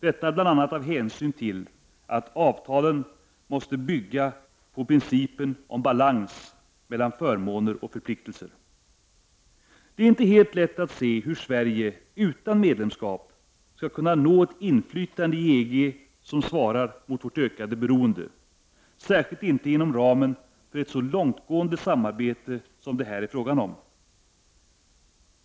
Detta bör ske bl.a. av hänsyn till att avtalet måste bygga på principen om balans mellan förmåner och förpliktelser. Det är inte helt lätt att se hur Sverige, utan medlemskap, skall kunna nå ett inflytande i EG som svarar mot vårt ökande beroende — särskilt inte inom ramen för ett så långtgående samarbete som det här är fråga om.